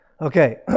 okay